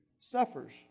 suffers